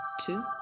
two